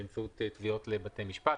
באמצעות תביעות לבתי משפט,